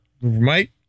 Mike